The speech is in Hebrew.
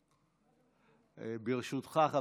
בבקשה, סגן השרה נמצא?